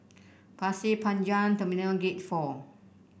Pasir Panjang Terminal Gate Four